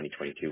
2022